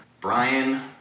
Brian